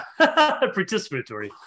participatory